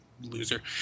Loser